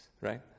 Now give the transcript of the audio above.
right